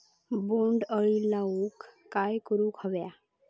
बोंड अळी घालवूक काय करू व्हया?